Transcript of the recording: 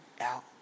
out